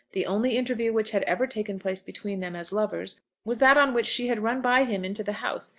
the only interview which had ever taken place between them as lovers was that on which she had run by him into the house,